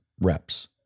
reps